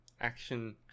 action